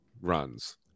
runs